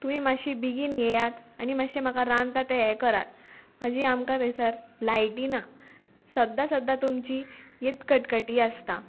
तुवें मातशी बेगीन येयात आनी मातशें म्हाका रांदता तें हें करात म्हाजी आमकां थंयसर लायटी ना सद्दां सद्दां तुमची इत कटकटी आसता